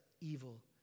evil